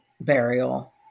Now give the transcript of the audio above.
burial